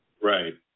Right